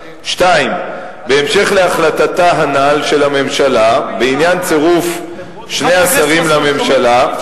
2. בהמשך להחלטתה הנ"ל של הממשלה בעניין צירוף שני השרים לממשלה,